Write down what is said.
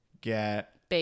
get